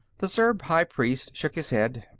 the zurb high priest shook his head.